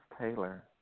Taylor